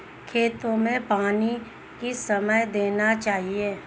खेतों में पानी किस समय देना चाहिए?